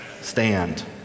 Stand